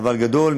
אבל גדול,